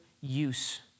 use